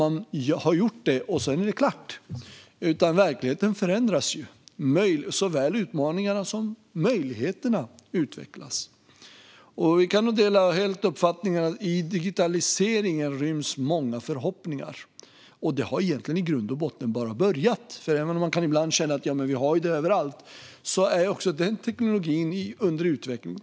Det tror jag att David Josefsson vet om. Verkligheten förändras. Såväl utmaningarna som möjligheterna utvecklas. Vi är nog helt överens om att det i digitaliseringen ryms många förhoppningar. Det har egentligen bara börjat. Även om man ibland kan känna att digitaliseringen finns överallt är också den teknologin under utveckling.